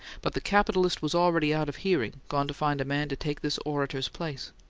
but the capitalist was already out of hearing, gone to find a man to take this orator's place.